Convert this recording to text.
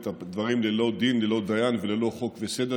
את הדברים ללא דין וללא דיין וללא חוק וסדר,